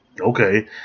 okay